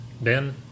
Ben